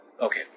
Okay